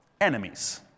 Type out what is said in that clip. enemies